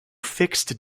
fixed